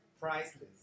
priceless